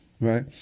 right